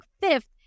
fifth